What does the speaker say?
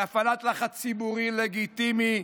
להפעלת לחץ ציבורי לגיטימי,